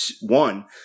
one